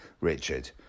Richard